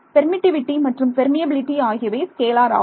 permittivity மற்றும் permeability ஆகியவை scalar ஆகும்